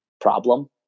problem